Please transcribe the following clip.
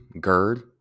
GERD